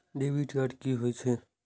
Debit card की होय छेय?